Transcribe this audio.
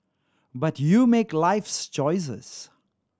but you make life's choices